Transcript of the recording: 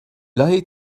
lahey